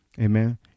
amen